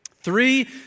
Three